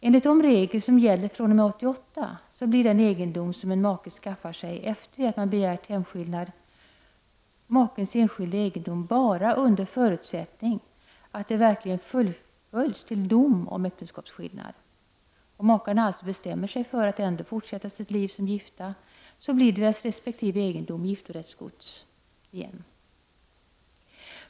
Enligt de regler som gäller fr.o.m. 1988 blir den egendom som en make skaffar sig efter det att man begärt hemskillnad, makens enskilda egendom bara under förutsättning att det verkligen fullföljs till dom om äktenskapsskillnad. Om makarna bestämmer sig för att ändå fortsätta sitt liv som gifta blir alltså deras resp. egendom giftorättsgods igen.